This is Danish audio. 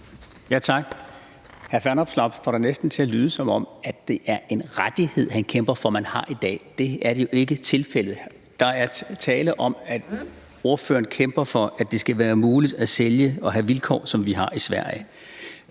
Tak. Hr. Alex Vanopslagh får det næsten til at lyde, som om det er en rettighed, han kæmper for, som man har i dag. Det er jo ikke tilfældet. Der er tale om, at ordføreren kæmper for, at det skal være muligt at sælge det og have vilkår, som de har i Sverige.